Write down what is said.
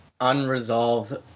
unresolved